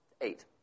eight